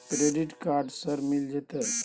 Credit card सर मिल जेतै?